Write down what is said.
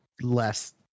less